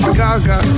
gaga